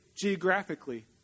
geographically